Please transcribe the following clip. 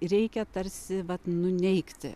reikia tarsi vat nuneigti